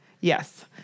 yes